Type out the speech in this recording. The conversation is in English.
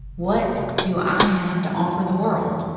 what do i have to offer the world?